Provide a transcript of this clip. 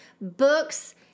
Books